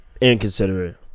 Inconsiderate